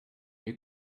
you